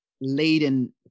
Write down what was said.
laden